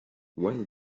when